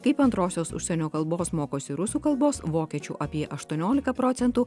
kaip antrosios užsienio kalbos mokosi rusų kalbos vokiečių apie aštuoniolika procentų